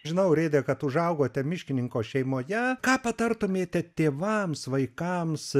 žinau reide kad užaugote miškininko šeimoje ką patartumėte tėvams vaikams